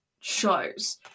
shows